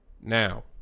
Now